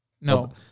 No